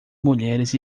mulheres